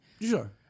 Sure